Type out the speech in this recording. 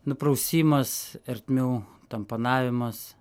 nuprausimas ertmių tamponavimas